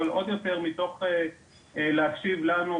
אבל עוד יותר מתוך כוונה להקשיב לנו,